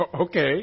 Okay